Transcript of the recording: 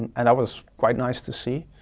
and that was quite nice to see.